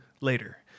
later